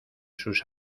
sus